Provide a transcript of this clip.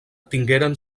tingueren